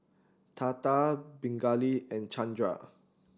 Tata Pingali and Chandra